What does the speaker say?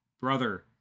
brother